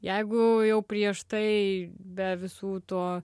jeigu jau prieš tai be visų to